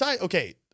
Okay